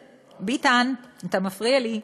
ביטן, אתה מפריע לי.